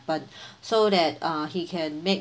so that err he can make